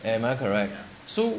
am I correct so